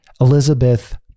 Elizabeth